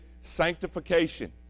Sanctification